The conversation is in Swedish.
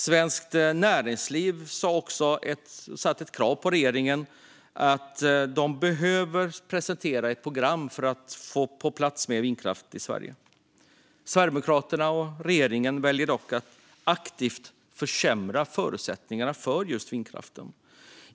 Svenskt Näringsliv har ställt krav på regeringen att presentera ett program för att få på plats mer vindkraft i Sverige. Sverigedemokraterna och regeringen väljer dock att aktivt försämra förutsättningarna för just vindkraft.